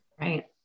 Right